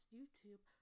YouTube